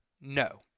No